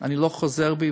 אני לא חוזר בי,